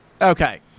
Okay